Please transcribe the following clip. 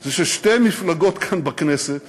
זה ששתי מפלגות כאן בכנסת